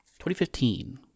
2015